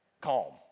calm